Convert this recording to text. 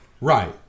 right